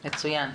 מצוין.